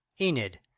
Enid